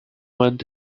went